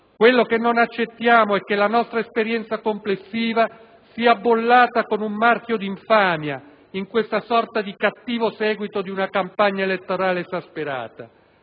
Quello che non accettiamo è che la nostra esperienza complessiva sia bollata con un marchio di infamia in questa sorta di cattivo seguito di una campagna elettorale esasperata